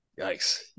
Yikes